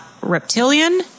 reptilian